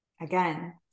Again